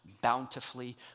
bountifully